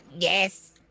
Yes